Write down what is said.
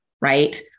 right